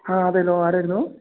ആ അതെലോ ആരായിരുന്നു